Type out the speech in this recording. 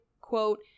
Quote